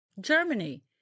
Germany